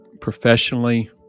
professionally